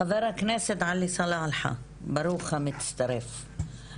חבר הכנסת עלי סלאלחה, ברוך המצטרף.